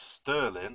Sterling